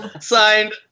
Signed